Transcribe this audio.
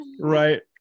right